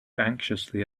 anxiously